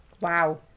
wow